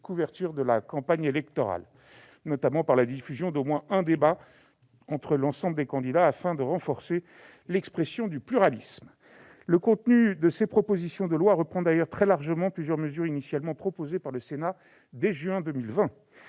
couverture de la campagne électorale, en imposant la diffusion d'au moins un débat entre l'ensemble des candidats afin de renforcer l'expression du pluralisme. Le contenu de ces propositions de loi reprend d'ailleurs très largement plusieurs mesures proposées par le Sénat dès juin 2020.